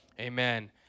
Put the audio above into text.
Amen